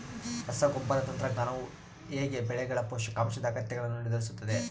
ರಸಗೊಬ್ಬರ ತಂತ್ರಜ್ಞಾನವು ಹೇಗೆ ಬೆಳೆಗಳ ಪೋಷಕಾಂಶದ ಅಗತ್ಯಗಳನ್ನು ನಿರ್ಧರಿಸುತ್ತದೆ?